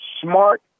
smart